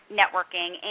networking